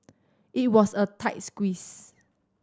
it was a tight squeeze